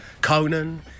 Conan